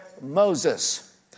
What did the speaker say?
Moses